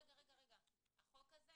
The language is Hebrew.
--- החוק הזה,